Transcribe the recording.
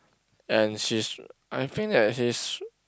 and she's I think that she's